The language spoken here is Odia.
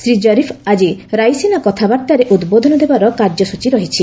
ଶ୍ରୀ ଜରିଫ୍ ଆଜି ରାଇସିନା କଥାବାର୍ତ୍ତାରେ ଉଦ୍ବୋଧନ ଦେବାର କାର୍ଯ୍ୟସ୍କଚୀ ରହିଛି